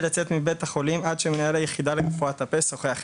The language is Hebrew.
לצאת מבית החולים עד שמנהל היחידה לרפואת הפה שוחח איתי.